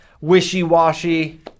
wishy-washy